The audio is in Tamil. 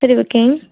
சரி ஓகே